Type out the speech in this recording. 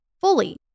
fully